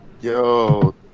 Yo